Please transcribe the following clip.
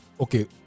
Okay